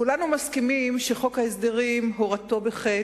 כולנו מסכימים שחוק ההסדרים, הורתו בחטא,